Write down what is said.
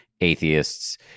atheists